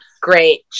great